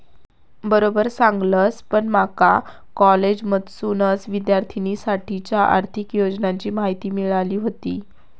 बरोबर सांगलस, पण माका कॉलेजमधसूनच विद्यार्थिनींसाठीच्या आर्थिक योजनांची माहिती मिळाली व्हती